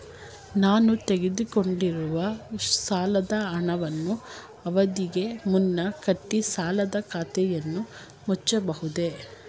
ನಾನು ತೆಗೆದುಕೊಂಡಿರುವ ಸಾಲದ ಹಣವನ್ನು ಅವಧಿಗೆ ಮುನ್ನ ಕಟ್ಟಿ ಸಾಲದ ಖಾತೆಯನ್ನು ಮುಚ್ಚಬಹುದೇ?